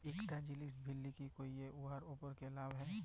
ইকটা জিলিস বিক্কিরি ক্যইরে উয়ার উপর যে লাভ হ্যয়